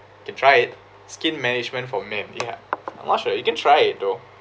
you can try it skin management for men ya I'm not sure you can try it though